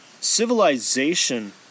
Civilization